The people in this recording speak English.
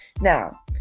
Now